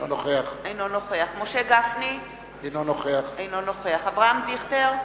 אינו נוכח משה גפני, אינו נוכח אברהם דיכטר,